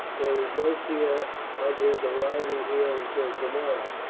there is no fear of his arriving here until tomorrow.